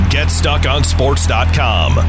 GetStuckOnSports.com